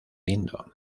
indo